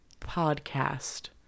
Podcast